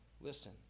Listen